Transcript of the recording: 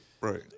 right